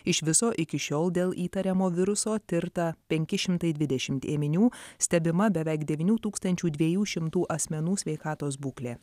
iš viso iki šiol dėl įtariamo viruso tirta penki šimtai dvidešimt ėminių stebima beveik devynių tūkstančių dviejų šimtų asmenų sveikatos būklė